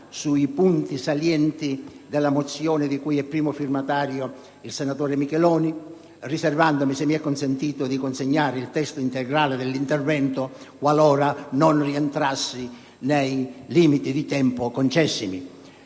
sui punti salienti della mozione di cui è primo firmatario il senatore Micheloni, riservandomi di consegnare il testo integrale dell'intervento qualora non rientrassi nei limiti di tempo concessimi.